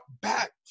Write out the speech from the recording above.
back